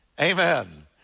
Amen